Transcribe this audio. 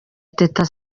teta